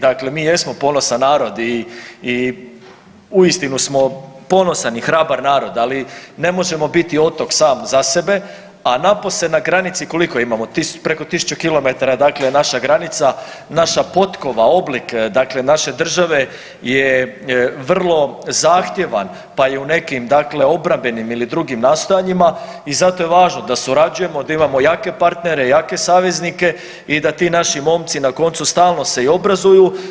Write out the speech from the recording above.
Dakle, mi jesmo ponosan narod i, i uistinu smo ponosan i hrabar narod, ali ne možemo biti otok sam za sebe, a napose na granici koliko imamo, preko 1000 km je dakle naša granica, naša potkova, oblik dakle naše države je vrlo zahtjevan pa i u nekim dakle obrambenim ili drugim nastojanjima i zato je važno da surađujemo, da imamo jake partnere, jake saveznike i da ti naši momci na koncu stalno se i obrazuju.